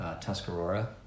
Tuscarora